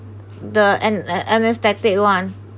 the n~ ane~ anesthetic one